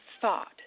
thought